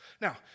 Now